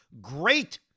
Great